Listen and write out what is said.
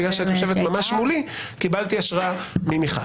בגלל שאת יושבת ממש מולי, קיבלתי השראה ממיכל.